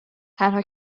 تنها